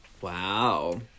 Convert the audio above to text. wow